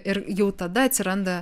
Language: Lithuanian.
ir jau tada atsiranda